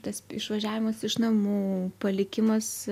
tas išvažiavimas iš namų palikimas